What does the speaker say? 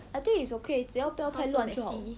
I think it's okay 只要不要太乱就好